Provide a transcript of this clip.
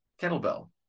kettlebell